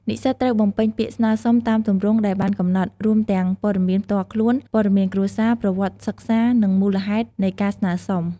និស្សិតត្រូវបំពេញពាក្យស្នើសុំតាមទម្រង់ដែលបានកំណត់ រួមទាំងព័ត៌មានផ្ទាល់ខ្លួន ព័ត៌មានគ្រួសារ ប្រវត្តិសិក្សា និងមូលហេតុនៃការស្នើសុំ។